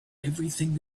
everything